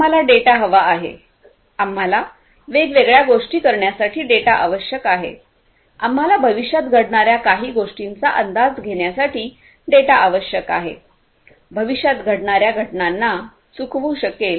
आम्हाला डेटा हवा आहे आम्हाला वेगवेगळ्या गोष्टी करण्यासाठी डेटा आवश्यक आहे आम्हाला भविष्यात घडणार्या काही गोष्टींचा अंदाज घेण्यासाठी डेटा आवश्यक आहे भविष्यात घडणार्या घटनांना चुकवू शकेल